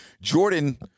Jordan